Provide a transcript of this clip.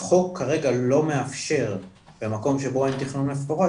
החוק כרגע לא מאפשר במקום שבו אין תכנון מפורט